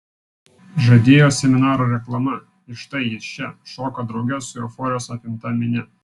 žadėjo seminaro reklama ir štai jis čia šoka drauge su euforijos apimta minia